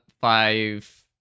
five